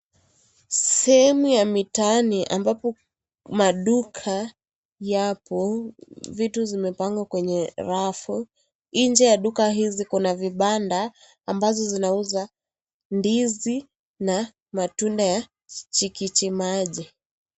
Sehemu ya mitaani ambapo maduka yapo, vitu zimepangwa kwenye rafu. Nje ya duka hizi, kuna vibanda ambazo zinauza ndizi na matunda ya chikichi maji.